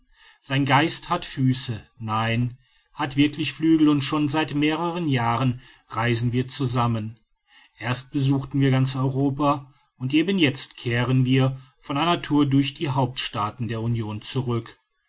sein geist hat füße nein hat wirklich flügel und schon seit mehreren jahren reisen wir zusammen erst besuchten wir ganz europa und eben jetzt kehren wir von einer tour durch die hauptstaaten der union zurück